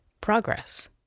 Progress